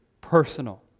personal